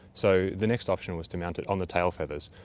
so the next option was to mount it on the tail feathers,